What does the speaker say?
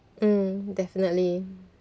mm definitely